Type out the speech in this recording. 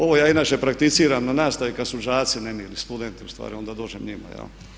Ovo ja inače prakticiram na nastavi kad su đaci nemirni, studenti ustvari onda dođem njima.